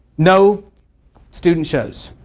no student shows.